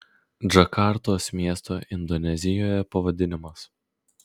džakartos miesto indonezijoje pavadinimas